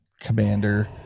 commander